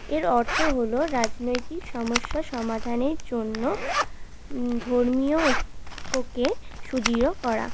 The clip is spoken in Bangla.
এর অর্থ হলো রাজনৈতিক সমস্যা সমাধানের জন্য ধর্মীয় ঐক্যকে সুদৃঢ় করা